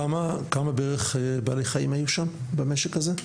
כמה בערך בעלי חיים היו במשק הזה?